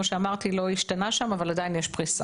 שאמרתי: לא השתנה שם אבל עדיין יש פריסה.